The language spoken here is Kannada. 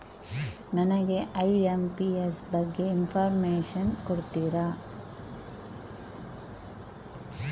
ನನಗೆ ಐ.ಎಂ.ಪಿ.ಎಸ್ ಬಗ್ಗೆ ಇನ್ಫೋರ್ಮೇಷನ್ ಕೊಡುತ್ತೀರಾ?